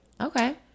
Okay